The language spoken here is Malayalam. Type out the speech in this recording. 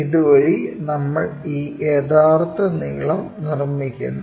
ഇതുവഴി നമ്മൾ ഈ യഥാർത്ഥ നീളം നിർമ്മിക്കുന്നു